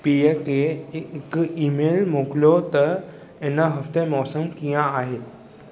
पीउ खे हिकु ई मेलु मोकिलियो त हिन हफ़्ते मौसमु कीअं आहे